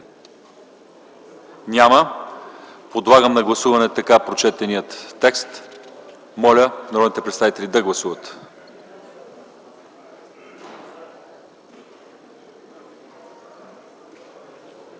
Няма. Моля да гласуваме така прочетеният текст. Моля народните представители да гласуват.